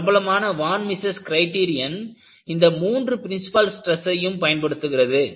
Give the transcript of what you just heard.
பிரபலமான von Mises criterion இந்த மூன்று பிரின்சிபால் ஸ்ட்ரெஸையும் பயன்படுத்துகிறது